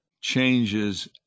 changes